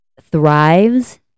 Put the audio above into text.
thrives